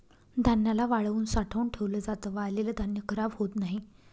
धान्याला वाळवून साठवून ठेवल जात, वाळलेल धान्य खराब होत नाही